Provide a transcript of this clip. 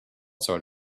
sort